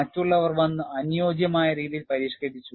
മറ്റുള്ളവർ വന്ന് അനുയോജ്യമായ രീതിയിൽ പരിഷ്ക്കരിച്ചു